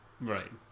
Right